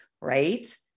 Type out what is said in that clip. Right